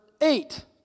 eight